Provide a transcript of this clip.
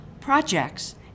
projects